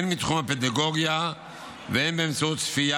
הן מתחום הפדגוגיה והן באמצעות צפייה